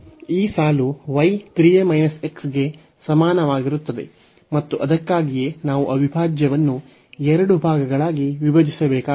ಈ ಸಾಲು y 3a x ಗೆ ಸಮಾನವಾಗಿರುತ್ತದೆ ಮತ್ತು ಅದಕ್ಕಾಗಿಯೇ ನಾವು ಅವಿಭಾಜ್ಯವನ್ನು ಎರಡು ಭಾಗಗಳಾಗಿ ವಿಭಜಿಸಬೇಕಾಗಿದೆ